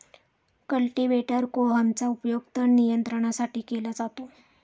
cultivator कोहमचा उपयोग तण नियंत्रणासाठी केला जातो